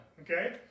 Okay